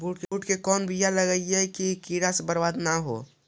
बुंट के कौन बियाह लगइयै कि कीड़ा से बरबाद न हो?